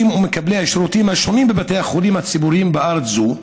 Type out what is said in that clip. ומקבלי השירותים השונים בבתי החולים הציבוריים בארץ זו.